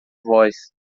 voz